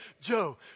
Joe